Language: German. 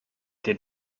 der